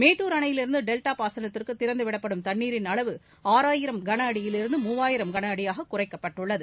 மேட்டுர் அணையிலிருந்து டெல்டா பாசனத்திற்கு திறந்துவிடப்படும் தண்ணீரின் அளவு ஆறாயிரம் கனஅடியிலிருந்து மூவாயிரம் கனஅடியாக குறைக்கப்பட்டுள்ளது